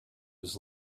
was